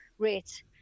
Rates